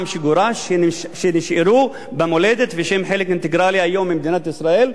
שגורש שנשארו במולדת והם חלק אינטגרלי היום של מדינת ישראל,